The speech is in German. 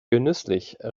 genüsslich